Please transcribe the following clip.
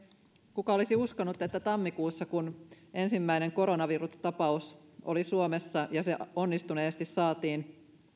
kuka olisi uskonut tammikuussa kun suomessa oli ensimmäinen koronavirustapaus ja se onnistuneesti saatiin